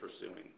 pursuing